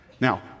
Now